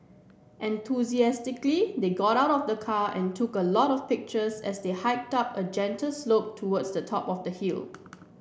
enthusiastically they got out of the car and took a lot of pictures as they hike up a gentle slope towards the top of the hill